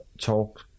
talk